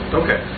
okay